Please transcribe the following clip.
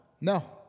No